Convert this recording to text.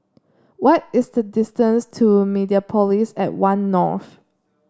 why is the distance to Mediapolis at One North